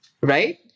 right